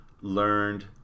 learned